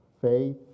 faith